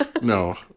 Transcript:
No